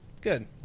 Good